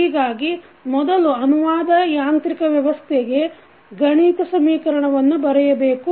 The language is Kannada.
ಹೀಗಾಗಿ ಮೊದಲು ಅನುವಾದ ಯಾಂತ್ರಿಕ ವ್ಯವಸ್ಥೆಗೆ ಗಣಿತ ಸಮೀಕರಣವನ್ನು ಬರೆಯಬೇಕು